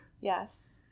Yes